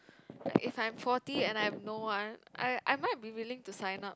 if I am forty and I have no one I I might be willing to sign up